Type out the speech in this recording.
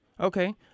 Okay